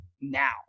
now